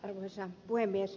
arvoisa puhemies